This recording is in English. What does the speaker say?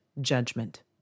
judgment